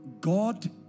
God